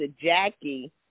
Jackie